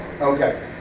Okay